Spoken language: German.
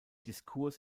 diskurs